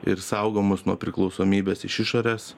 ir saugomas nuo priklausomybės iš išorės